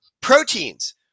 Proteins